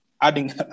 adding